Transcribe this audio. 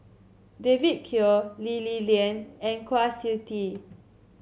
David Kwo Lee Li Lian and Kwa Siew Tee